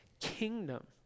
kingdom